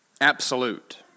absolute